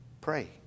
Pray